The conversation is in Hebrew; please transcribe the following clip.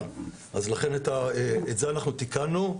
ולכן את זה אנחנו תיקנו.